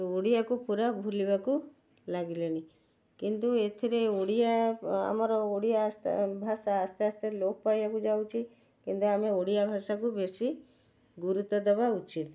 ଓଡ଼ିଆକୁ ପୁରା ଭୁଲିବାକୁ ଲାଗିଲେଣି କିନ୍ତୁ ଏଥିରେ ଓଡ଼ିଆ ଆମର ଓଡ଼ିଆ ଭାଷା ଆସ୍ତେ ଆସ୍ତେ ଲୋପ ପାଇବାକୁ ଯାଉଛି କିନ୍ତୁ ଆମେ ଓଡ଼ିଆ ଭାଷାକୁ ବେଶୀ ଗୁରୁତ୍ୱ ଦେବା ଉଚିତ୍